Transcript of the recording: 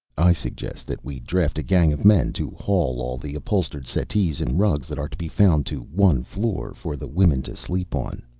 i suggest that we draft a gang of men to haul all the upholstered settees and rugs that are to be found to one floor, for the women to sleep on.